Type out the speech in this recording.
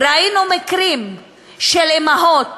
ראינו מקרים של אימהות